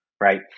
right